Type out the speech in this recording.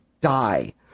die